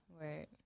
Right